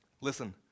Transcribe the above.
Listen